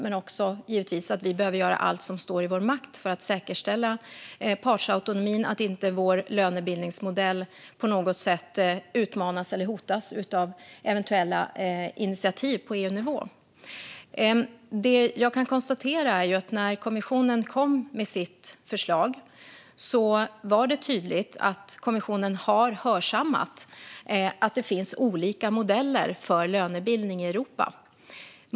Vi behöver givetvis också göra allt som står i vår makt för att säkerställa partsautonomin så att inte vår lönebildningsmodell på något sätt utmanas eller hotas av eventuella initiativ på EU-nivå. När kommissionen kom med sitt förslag var det tydligt att kommissionen hade hörsammat att det finns olika modeller för lönebildning i Europa.